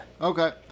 Okay